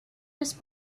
his